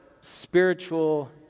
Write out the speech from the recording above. spiritual